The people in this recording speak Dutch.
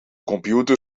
computer